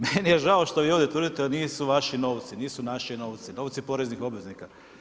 Meni je žao što vi ovdje tvrdite da nisu vaši novci, nisu naši novci, novci poreznih obveznika.